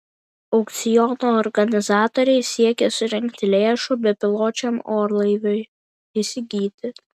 aukciono organizatoriai siekia surinkti lėšų bepiločiam orlaiviui įsigyti